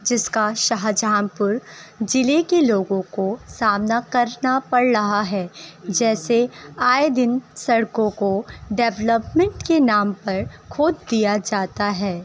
جس کا شاہجہانپور ضلعے کے لوگوں کو سامنا کرنا پڑ رہا ہے جیسے آئے دن سڑکوں کو ڈولپمنٹ کے نام پر کھود دیا جاتا ہے